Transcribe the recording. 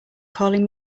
calling